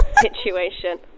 situation